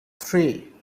three